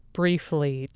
briefly